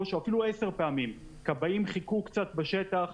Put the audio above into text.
או אפילו 10 פעמים כבאים חיכו קצת בשטח